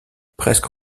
presque